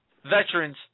Veterans